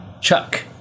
Chuck